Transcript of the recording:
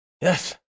Yes